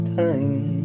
time